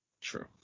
True